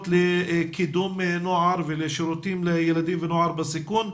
לקידום נוער ולשירותים לילדים ונוער בסיכון.